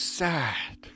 sad